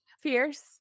Fierce